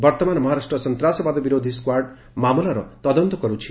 ବର୍ତ୍ତମାନ ମହାରାଷ୍ଟ୍ର ସନ୍ତାସବାଦ ବିରୋଧୀ ସ୍କ୍ୱାର୍ଡ଼ ମାମଲାର ତଦନ୍ତ କର୍ନୁଛି